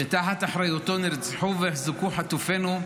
שתחת אחריותו נרצחו והוחזקו חטופינו,